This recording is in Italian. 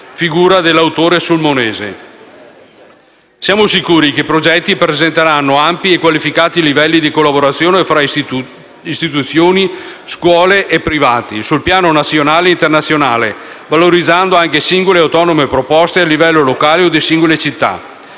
Siamo sicuri che i progetti presenteranno ampi e qualificati livelli di collaborazione fra istituzioni, scuole e privati, sul piano nazionale e internazionale, valorizzando anche singole e autonome proposte a livello locale o di singole città.